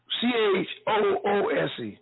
C-H-O-O-S-E